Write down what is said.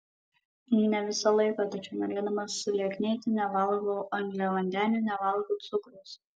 ne visą laiką tačiau norėdama sulieknėti nevalgau angliavandenių nevalgau cukraus